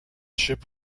ship